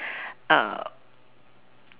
err